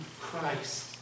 Christ